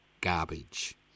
garbage